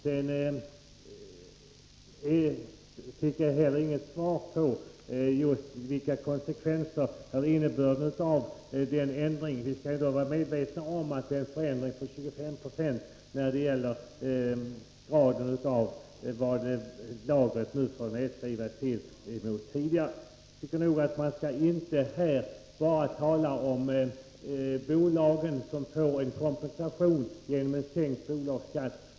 Jag fick inte heller något svar på frågan om konsekvenserna och innebörden av denna ändring. Man skall vara medveten om att det gäller en 25-procentig uppskrivning av lagerreserven. Jag anser inte att man här bara skall tala om att företagen får kompensation för en sänkning av bolagsskatten.